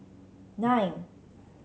nine